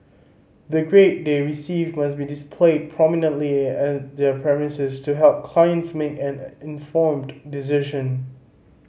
the grade they receive must be displayed prominently at their premises to help clients make an informed decision